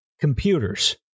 computers